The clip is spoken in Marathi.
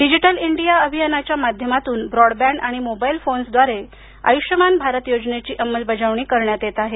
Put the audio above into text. डिजिटल इंडिया अभियानाच्या माध्यमांतून ब्रॉडबंडआणि मोबाईल फोन्स द्वारे आयुष्मान भारत योजनेची अंमलबजावणी करण्यात येत आहे